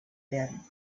werden